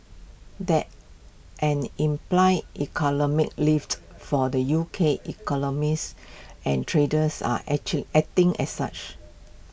that's an implied economic lift for the U K economies and traders are acting as such